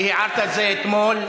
כי הערת את זה אתמול.